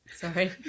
Sorry